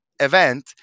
event